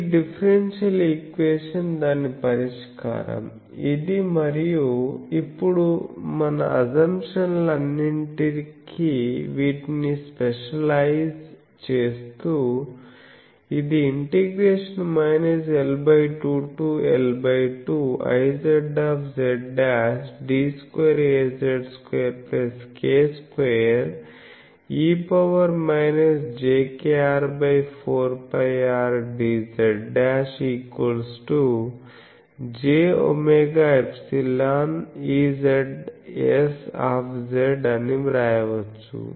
ఈ differential equation దాని పరిష్కారం ఇది మరియు ఇప్పుడు మన అసంప్షన్లన్నింటికీ వీటిని స్పెషలైజ్ చేస్తూ ఇది ഽ l2 to l2Izz'd2dz2k2e jkR4πRdz'jw∊Ezs అని వ్రాయవచ్చు